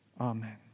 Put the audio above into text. Amen